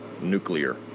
nuclear